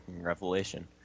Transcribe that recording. revelation